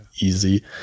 easy